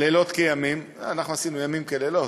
לילות כימים, אנחנו עשינו ימים כלילות.